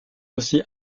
aussi